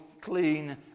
clean